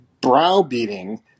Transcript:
browbeating